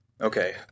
Okay